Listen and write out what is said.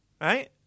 right